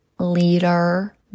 leader